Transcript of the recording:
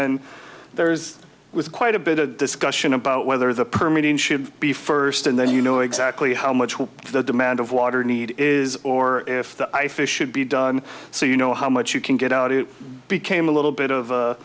and there is quite a bit of discussion about whether the permian should be first and then you know exactly how much will the demand of water need is or if the i fish should be done so you know how much you can get out it became a little bit of a